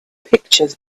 pictures